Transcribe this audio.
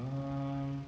ah